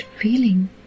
feeling